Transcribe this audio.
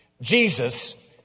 Jesus